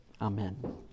Amen